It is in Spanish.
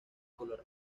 color